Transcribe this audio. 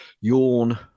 Yawn